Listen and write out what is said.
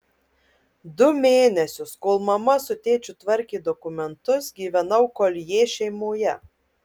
du mėnesius kol mama su tėčiu tvarkė dokumentus gyvenau koljė šeimoje